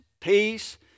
peace